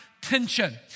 tension